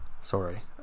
sorry